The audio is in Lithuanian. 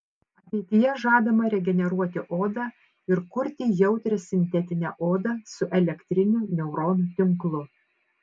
ateityje žadama regeneruoti odą ir kurti jautrią sintetinę odą su elektriniu neuronų tinklu